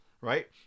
right